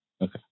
okay